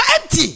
empty